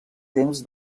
temps